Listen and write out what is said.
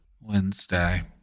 Wednesday